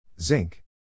Zinc